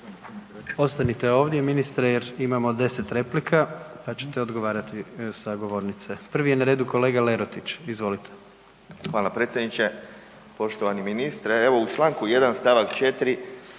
Ostanite ovdje ministre jer imamo deset replika pa ćete odgovarati sa govornice. Prvi je na redu kolega Lerotić. Izvolite. **Lerotić, Marin (IDS)** Hvala predsjedniče. Poštovani ministre. Evo u čl. 1. st. 4.